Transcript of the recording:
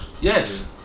yes